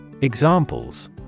Examples